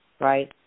right